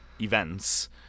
events